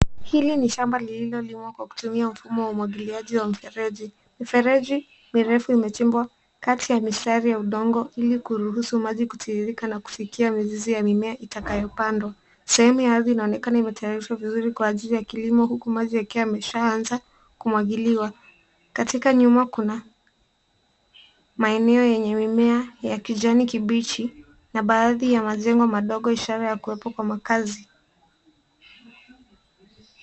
Hili ni shamba lililolimwa kwa kutumia mfumo wa umwagiliaji wa mfereji. Mifereji mirefu imechimbwa kati ya mistari ya udongo ili kuruhusu maji kutiririka na kufikia mizizi ya mimea itakayopandwa. Sehemu ya ardhi inaonekana imetayarishwa vizuri kwa ajili ya kilimo huku maji yakiwa yameshaanza kumwagiliwa. Katika nyuma kuna maeneo yenye mimea ya kijani kibichi na baadhi ya majengo madogo ishara ya kuwepo kwa makazi.